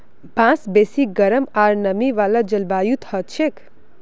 बांस बेसी गरम आर नमी वाला जलवायुत हछेक